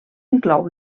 inclou